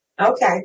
Okay